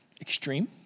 Extreme